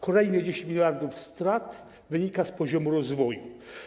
Kolejne 10 mld strat wynika z poziomu rozwoju.